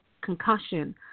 concussion